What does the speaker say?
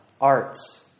arts